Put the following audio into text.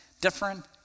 different